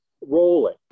rolling